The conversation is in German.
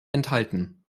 enthalten